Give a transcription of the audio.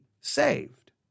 saved